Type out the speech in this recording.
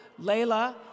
Layla